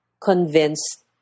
convinced